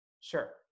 Sure